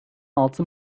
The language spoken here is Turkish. altı